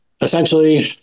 essentially